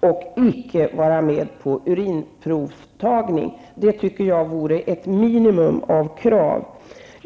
och icke vara med på urinprovstagning. Det vore ett minimikrav.